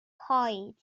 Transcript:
coed